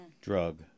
drug